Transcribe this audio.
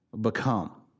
become